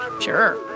sure